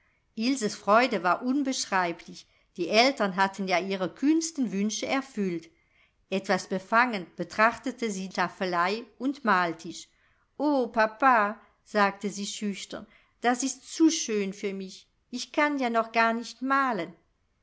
ilses freude war unbeschreiblich die eltern hatten ja ihre kühnsten wünsche erfüllt etwas befangen betrachtete sie staffelei und maltisch o papa sagte sie schüchtern das ist zu schön für mich ich kann ja noch gar nicht malen